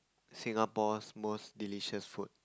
Singapore's most delicious food